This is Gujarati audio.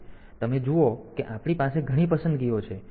તેથી તમે જુઓ કે આપણી પાસે ઘણી પસંદગીઓ છે